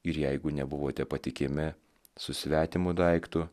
ir jeigu nebuvote patikimi su svetimu daiktu